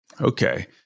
Okay